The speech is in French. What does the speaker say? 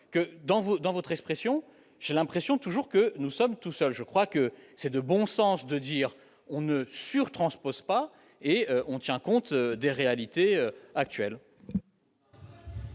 dans votre expression, j'ai l'impression toujours que nous sommes tout seul, je crois que c'est de bon sens de dire on ne sur transpose pas et on tient compte des réalités actuelles.